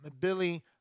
Billy